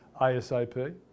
ASAP